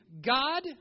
God